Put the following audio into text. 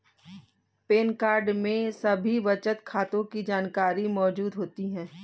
pan card में सभी बचत खातों की जानकारी मौजूद होती है